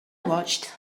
watched